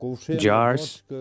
Jars